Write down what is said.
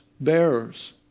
bearers